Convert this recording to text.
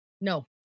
No